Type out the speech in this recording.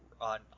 on